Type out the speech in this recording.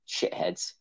shitheads